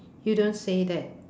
you don't say that